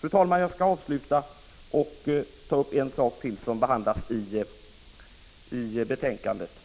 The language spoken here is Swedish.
Fru talman! Jag vill avslutningsvis ta upp en annan sak som behandlas i betänkandet.